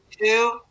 two